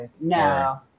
No